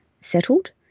settled